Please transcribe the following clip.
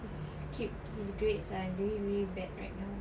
he skip his grades are doing really bad right now